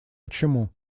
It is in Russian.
почему